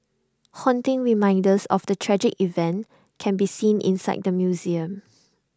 haunting reminders of the tragic event can be seen inside the museum